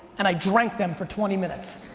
and i drank them for twenty minutes.